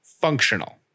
functional